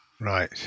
Right